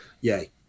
Yay